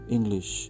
English